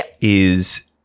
is-